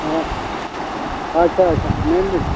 ᱚ ᱟᱪᱪᱷᱟ ᱟᱪᱪᱷᱟ ᱢᱮᱱᱫᱟᱹᱧ